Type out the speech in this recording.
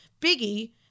Biggie